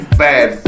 bad